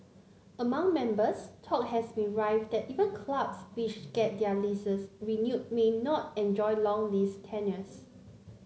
among members talk has been rife that even clubs which get their leases renewed may not enjoy long lease tenures